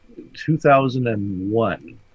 2001